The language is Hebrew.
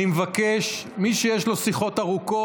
אני מבקש, מי שיש לו שיחות ארוכות,